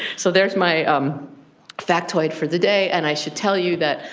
so there's my um factoid for the day. and i should tell you that,